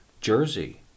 Jersey